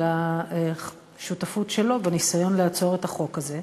על השותפות שלו בניסיון לעצור את החוק הזה.